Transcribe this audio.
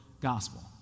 gospel